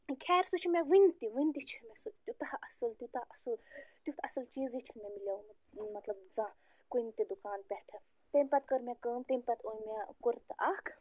خیر سُہ چھُ مےٚ وُنہِ تہِ وُنہِ تہِ چھُ مےٚ سُہ تیٛوٗتاہ اَصٕل تیٛوٗتاہ اَصٕل تٮُ۪تھ اَصٕل چیٖزٕے چھُنہٕ مےٚ میلیومُت مطلب زانٛہہ کُنہِ تہِ دُکان پٮ۪ٹھٕ تَمہِ پَتہٕ کٔر مےٚ کٲم تَمہِ پَتہٕ اوٚن مےٚ کُرتہٕ اَکھ